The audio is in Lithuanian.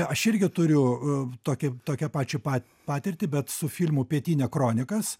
aš irgi turiu tokį tokią pačią pa patirtį bet su filmu pietinia kronikas